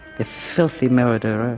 a filthy murder ah